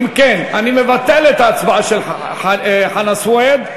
אם כן, אני מבטל את ההצבעה של חנא סוייד,